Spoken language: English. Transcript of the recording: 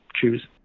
choose